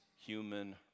human